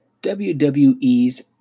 WWE's